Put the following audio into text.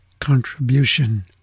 contribution